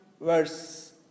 verse